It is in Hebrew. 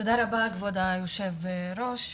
תודה רבה, כבוד היושב ראש,